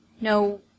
no